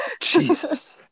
Jesus